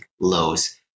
lows